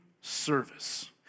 service